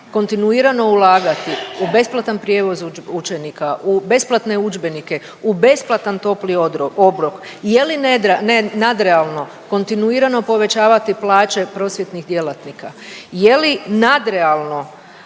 kontinuirano ulagati u besplatan prijevoz učenika, u besplatne udžbenike, u besplatan topli obrok i je li nadrealno kontinuirano povećavati plaće prosvjetnih djelatnika, je li nadrealno